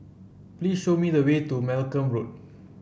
please show me the way to Malcolm Road